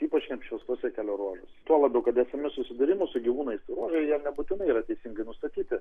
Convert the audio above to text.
ypač neapšviestuose kelio ruožuose tuo labiau kad esami susidūrimo su gyvūnais ruožai jie nebūtinai yra teisingai nustatyti